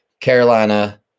Carolina